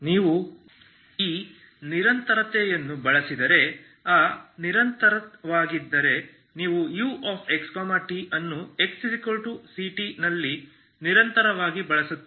ನೀವು ಈ ನಿರಂತರತೆಯನ್ನು ಬಳಸಿದರೆ ಅವು ನಿರಂತರವಾಗಿದ್ದರೆ ನೀವು uxt ಅನ್ನು xct ನಲ್ಲಿ ನಿರಂತರವಾಗಿ ಬಳಸುತ್ತೀರಿ